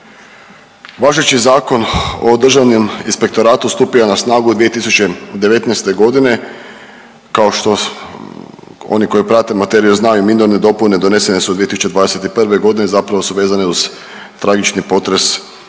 Važeći Zakon o državnom inspektoratu stupio je na snagu 2019.g. kao što, oni koji prate materiju znaju minorne dopune donesene su 2021.g. zapravo su vezane uz tragični potres